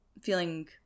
feeling